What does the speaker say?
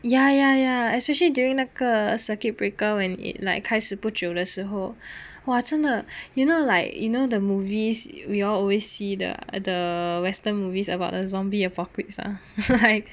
ya ya ya especially during 那个 circuit breaker when it like 开始不久的时候 !wah! 真的 you know like you know the movies we always see the the western movies about a zombie apocalypse ah like